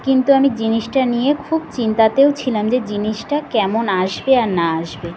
কিন্তু আমি জিনিসটা নিয়ে খুব চিন্তাতেও ছিলাম যে জিনিসটা কেমন আসবে আর না আসবে